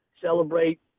celebrate